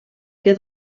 que